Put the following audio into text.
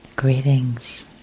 Greetings